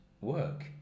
work